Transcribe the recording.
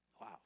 wow